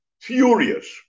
furious